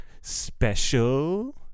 special